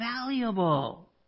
valuable